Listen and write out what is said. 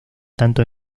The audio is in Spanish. tanto